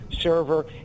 server